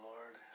Lord